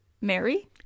Mary